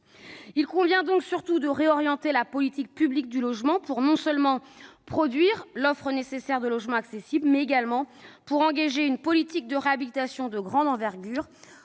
Il convient, surtout, de réorienter la politique publique du logement pour non seulement produire l'offre nécessaire de logements accessibles, mais également engager une politique de réhabilitation de grande envergure.